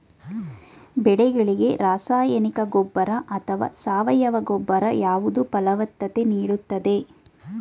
ಬೆಳೆಗಳಿಗೆ ರಾಸಾಯನಿಕ ಗೊಬ್ಬರ ಅಥವಾ ಸಾವಯವ ಗೊಬ್ಬರ ಯಾವುದು ಫಲವತ್ತತೆ ನೀಡುತ್ತದೆ?